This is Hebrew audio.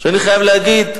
ואני חייב להגיד,